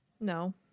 No